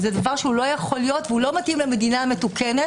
זה דבר שלא יכול להיות והוא לא מתאים למדינה מתוקנת.